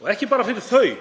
Og ekki bara fyrir þær